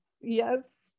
Yes